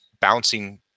bouncing